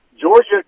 Georgia